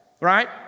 right